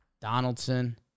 Donaldson